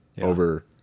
Over